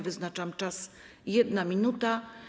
Wyznaczam czas - 1 minuta.